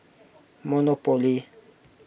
monopoly